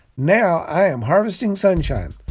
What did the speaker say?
now i am harvesting sunshine.